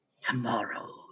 Tomorrow